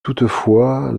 toutefois